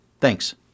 Thanks